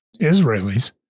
Israelis